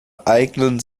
eignen